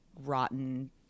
rotten